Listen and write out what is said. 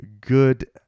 Good